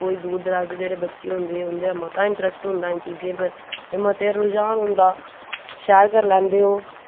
कोई दूर दराज़ दे जेह्ड़े बच्चे होंदे उं'दा मता इन्टरस्ट होंदे इनें चीजें पर मता रूझान होंदा शैल करी लैंदे ओह्